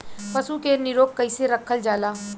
पशु के निरोग कईसे रखल जाला?